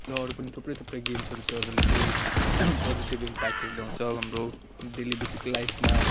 र अरू पनि थुप्रै थुप्रै गेम्सहरू छ जसले चाहिँ पोजेटिभ इम्प्याक्टहरू ल्याउँछ हाम्रो डेली बेसिक लाइफमा